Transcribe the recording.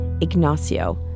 Ignacio